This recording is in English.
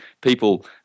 People